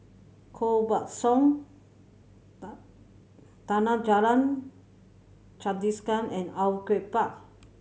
Koh Buck Song Chandrasekaran and Au Yue Pak